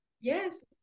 Yes